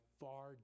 far